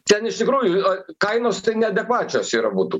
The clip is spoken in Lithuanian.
ten iš tikrųjų kainos tai neadekvačios yra butų